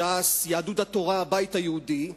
ש"ס, יהדות התורה, הבית היהודי,